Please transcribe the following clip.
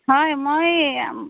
হয় মই